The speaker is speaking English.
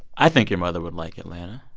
i think your mother would like atlanta.